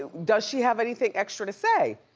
ah does she have anything extra to say?